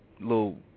little